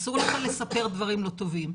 אסור לך לספר דברים לא טובים.